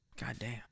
Goddamn